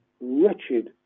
wretched